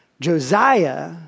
Josiah